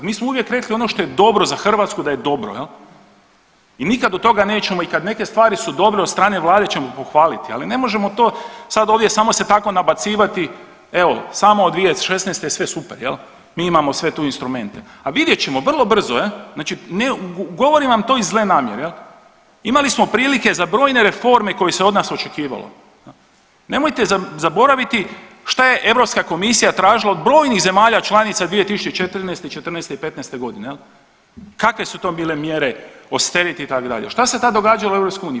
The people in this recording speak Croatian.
Mi smo uvijek rekli ono što je dobro za Hrvatsku da je dobro jel i nikad od toga nećemo i kad neke stvari su dobre od strane vlade ćemo pohvaliti, ali ne možemo to sad ovdje samo se tako nabacivati evo samo od 2016. je sve super jel, mi imamo sve tu instrumente, a vidjet ćemo vrlo brzo je znači ne govorim vam to iz zle namjere jel, imali smo prilike za brojne reforme koji se od nas očekivalo, nemojte zaboraviti šta je Europska komisija tražila od brojnih zemalja članica 2014., '14. i '15.g. jel, kakve su to bile mjere o … [[Govornik se ne razumije]] itd., šta se tad događalo u EU?